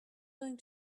going